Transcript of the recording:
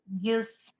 use